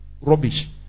rubbish